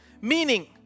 meaning